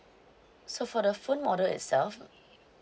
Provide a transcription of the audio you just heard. so for the phone model itself